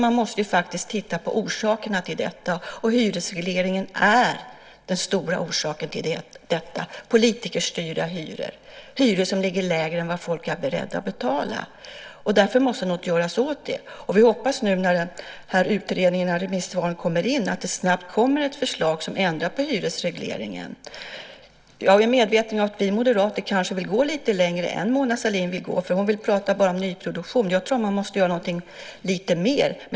Man måste faktiskt titta på orsakerna till detta. Hyresregleringen är den stora orsaken till det. Det är politikerstyrda hyror som ligger lägre än vad människor är beredda att betala. Därför måste något göras åt det. Vi hoppas att det när remissvaren på utredningen kommer in snabbt kommer ett förslag som ändrar på hyresregleringen. Jag är medveten om att vi moderater kanske vill gå lite längre än vad Mona Sahlin vill gå. Hon talar bara om nyproduktion. Jag tror att man måste göra någonting lite mer.